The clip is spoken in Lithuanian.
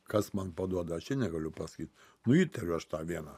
kas man paduoda aš i negaliu pasakyt nu įtariu aš tau vieną